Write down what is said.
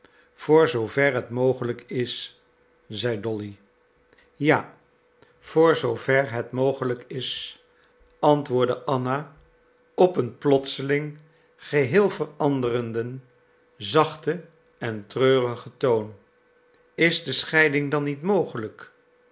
voor zoo ver het mogelijk is zei dolly ja voor zoo ver het mogelijk is antwoordde anna op een plotseling geheel veranderden zachten en treurigen toon is de scheiding dan niet mogelijk